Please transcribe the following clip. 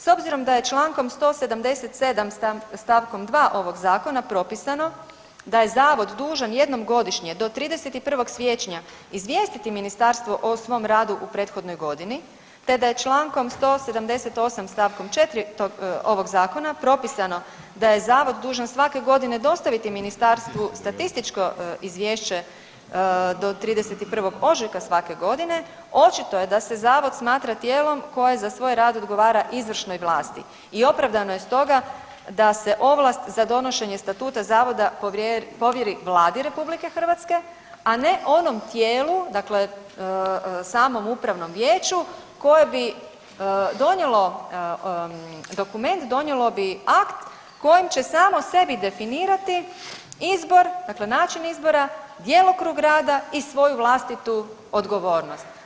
S obzirom da je čl. 177. st. 2. ovog zakona propisano da je zavod dužan jednom godišnje do 31. siječnja izvijestiti ministarstvo o svom radu u prethodnoj godini, te da je čl. 178. st. 4. ovog zakona propisano da je zavod dužan svake godine dostaviti ministarstvu statističko izvješće do 31. ožujka svake godine očito je da se zavod smatra tijelom koje za svoj rad odgovara izvršnoj vlasti i opravdano je stoga da se ovlast za donošenje statuta zavoda povjeri Vladi RH, a ne onom tijelu, dakle samom upravnom vijeću koje bi donijelo dokument, donijelo bi akt kojim će samoj sebi definirati izbor, dakle način izbora, djelokrug rada i svoju vlastitu odgovornost.